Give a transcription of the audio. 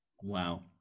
Wow